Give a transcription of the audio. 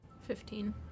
Fifteen